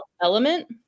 element